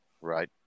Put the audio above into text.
Right